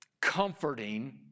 comforting